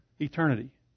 eternity